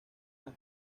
las